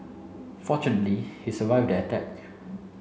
fortunately he survived the attack